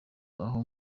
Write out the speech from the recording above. aho